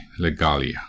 Legalia